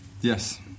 Yes